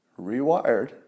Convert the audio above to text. rewired